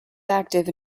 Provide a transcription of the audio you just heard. active